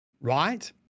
Right